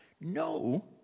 No